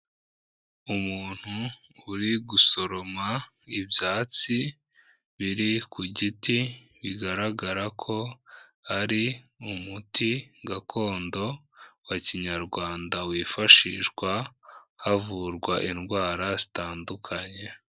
Umuntu uri gusoroma ibyatsi biri ku giti, bigaragara ko ari umuti gakondo wa kinyarwanda wifashishwa havurwa indwara zitandukanye.